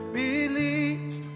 believes